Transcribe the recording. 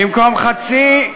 במקום חצי,